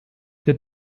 der